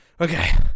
Okay